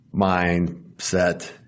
mindset